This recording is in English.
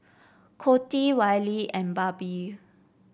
Coty Wylie and Barbie